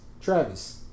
Travis